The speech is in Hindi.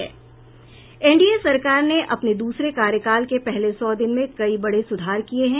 एनडीए सरकार ने अपने दूसरे कार्यकाल के पहले सौ दिन में कई बड़े सुधार किये हैं